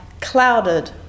clouded